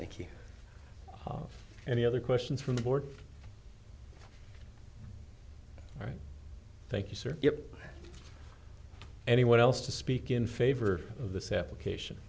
thank you and the other questions from the board all right thank you sir anyone else to speak in favor of this application